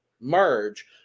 merge